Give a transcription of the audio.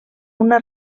una